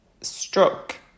stroke